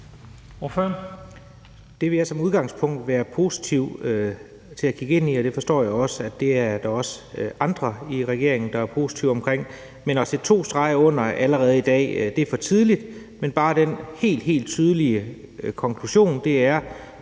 Det vil jeg som udgangspunkt være positiv over for at kigge på, og det forstår jeg at der også er andre i regeringen der er positive over for. Men at sætte to streger under allerede i dag er for tidligt. Men den helt, helt tydelige konklusion er